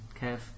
Kev